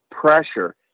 pressure